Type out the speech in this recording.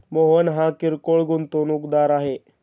मोहन हा किरकोळ गुंतवणूकदार आहे